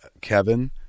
Kevin